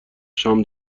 شام